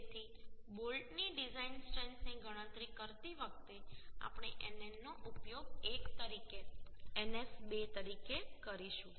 તેથી બોલ્ટની ડિઝાઇન સ્ટ્રેન્થની ગણતરી કરતી વખતે આપણે nn નો ઉપયોગ 1 તરીકે ns 2 તરીકે કરીશું